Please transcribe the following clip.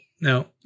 No